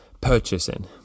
purchasing